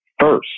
first